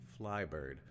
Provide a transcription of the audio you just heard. Flybird